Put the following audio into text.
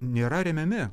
nėra remiami